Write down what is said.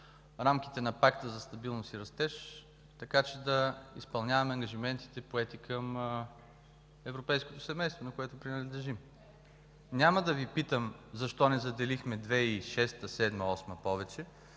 рамките на Пакта за стабилност и растеж, така че да изпълняваме ангажиментите, поети към европейското семейство, на което принадлежим. Няма да Ви питам защо не заделихме през 2006, 2007, 2008 г. повече,